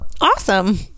Awesome